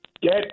Get